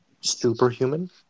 superhuman